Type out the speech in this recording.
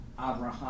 Abraham